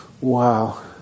Wow